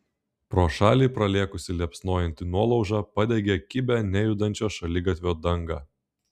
pro šalį pralėkusi liepsnojanti nuolauža padegė kibią nejudančio šaligatvio dangą